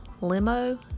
Limo